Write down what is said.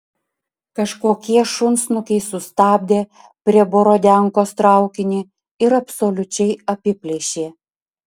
kažkokie šunsnukiai sustabdė prie borodiankos traukinį ir absoliučiai apiplėšė